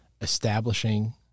establishing